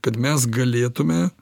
kad mes galėtume